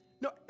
no